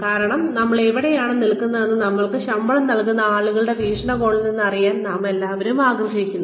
കാരണം നമ്മൾ എവിടെയാണ് നിൽക്കുന്നതെന്ന് നമ്മൾക്ക് ശമ്പളം നൽകുന്ന ആളുകളുടെ വീക്ഷണകോണിൽ നിന്ന് അറിയാൻ നാമെല്ലാവരും ആഗ്രഹിക്കുന്നു